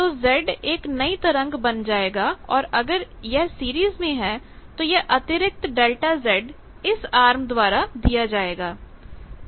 तो Z एक नई तरंग बन जाएगा और अगर यह सीरीज में है तो यह अतिरिक्त ∆Z इस आर्म द्वारा दिया जाएगा